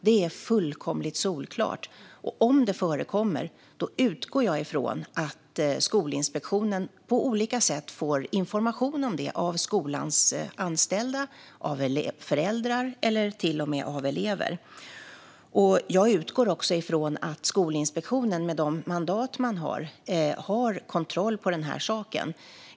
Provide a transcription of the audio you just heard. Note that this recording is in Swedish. Det är fullkomligt solklart. Om det förekommer utgår jag från att Skolinspektionen på olika sätt får information om det av skolans anställda, av föräldrarna eller till och med av eleverna. Jag utgår också från att Skolinspektionen, med det mandat den har, har kontroll på saken.